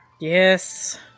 Yes